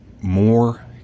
more